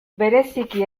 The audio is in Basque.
bereziki